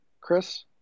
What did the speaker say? chris